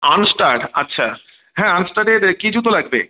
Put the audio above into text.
Armstar আচ্ছা হ্যাঁ আর্মস্টারের কী জুতো লাগবে